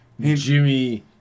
Jimmy